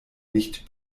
nicht